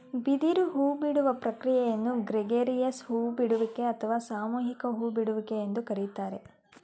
ಬಿದಿರು ಹೂಬಿಡುವ ಪ್ರಕ್ರಿಯೆಯನ್ನು ಗ್ರೆಗೇರಿಯಸ್ ಹೂ ಬಿಡುವಿಕೆ ಅಥವಾ ಸಾಮೂಹಿಕ ಹೂ ಬಿಡುವಿಕೆ ಎಂದು ಕರಿತಾರೆ